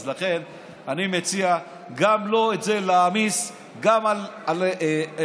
אז לכן אני מציע לא להעמיס גם את זה על הצרות,